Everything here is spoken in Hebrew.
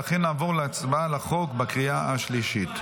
ולכן נעבור להצבעה על החוק בקריאה השלישית.